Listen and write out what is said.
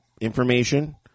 information